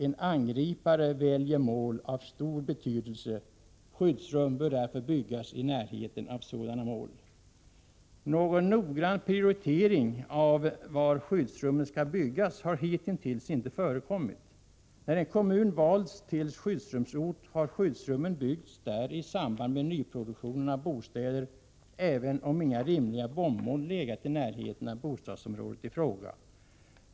En angripare väljer mål av stor betydelse. Skyddsrum bör därför byggas i närheten av sådana mål. Någon noggrann prioritering av var skyddsrummen skall byggas har hitintills inte förekommit. När en kommun valts till ”Skyddsrumsort” har skyddsrummen byggts där i samband med nyproduktion av bostäder, även om inga rimliga bombmål legat i närheten av bostadsområdet i fråga.